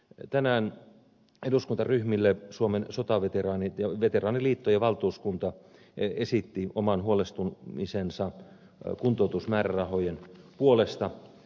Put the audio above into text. tänään eduskuntaryhmille suomen veteraaniliittojen valtuuskunta esitti oman huolestumisensa kuntoutusmäärärahojen puolesta